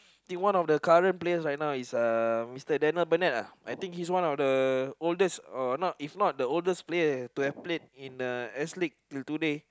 think one of the current players right now is uh Mister Daniel-Bennett ah I think he is one of the oldest or not if not the oldest players to have played in a athletics till today